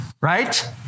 right